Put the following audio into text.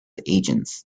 agents